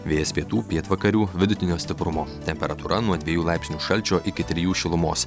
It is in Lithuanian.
vėjas pietų pietvakarių vidutinio stiprumo temperatūra nuo dviejų laipsnių šalčio iki trijų šilumos